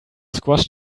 squashed